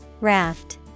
Raft